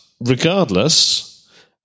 Regardless